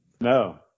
No